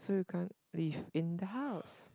so you can't live in the house